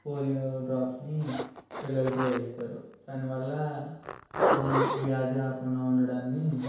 polio డ్రాప్స్ని పిల్లలకి వేయిస్తారు దాని వల్ల వ్యాధి రాకుండా ఉండడాన్ని